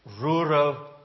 rural